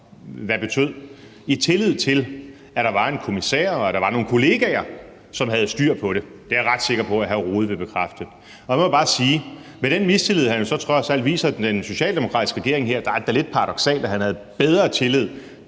hvad betød, i tillid til, at der var en kommissær og nogle kollegaer, som havde styr på det. Det er jeg ret sikker på at hr. Jens Rohde kan bekræfte. Og så må jeg bare sige, at med hensyn til den mistillid, han jo så trods alt viser den socialdemokratiske regering her, er det da lidt paradoksalt, at han havde større tillid